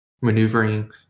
maneuvering